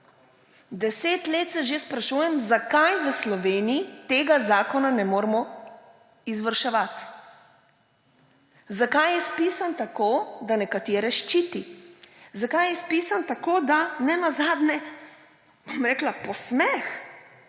10 let se že sprašujem, zakaj v Sloveniji tega zakona ne moremo izvrševati. Zakaj je spisan tako, da nekatere ščiti? Zakaj je spisan tako, da nenazadnje v posmeh,